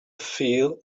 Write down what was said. feel